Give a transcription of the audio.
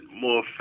more